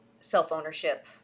self-ownership